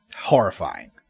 horrifying